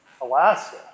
Alaska